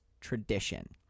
Tradition